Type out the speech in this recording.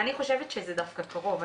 אני חושבת שזה דווקא קרוב.